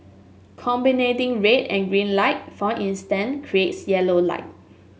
combining red and green light for instance creates yellow light